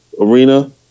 arena